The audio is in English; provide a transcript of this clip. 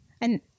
And-